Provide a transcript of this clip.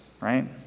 right